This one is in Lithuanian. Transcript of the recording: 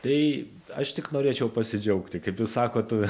tai aš tik norėčiau pasidžiaugti kaip jūs sakot